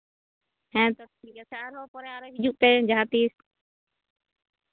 ᱦᱮᱸ ᱛᱟᱦᱚᱞᱮ ᱯᱚᱨᱮ ᱟᱨᱦᱚᱸ ᱦᱤᱡᱩᱜ ᱯᱮ ᱡᱟᱦᱟ ᱛᱤᱥ